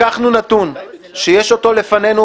לקחנו נתון שיש אותו לפנינו,